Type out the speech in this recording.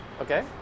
Okay